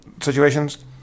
situations